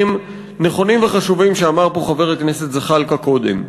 נכונים וחשובים שאמר פה חבר הכנסת זחאלקה קודם.